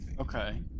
Okay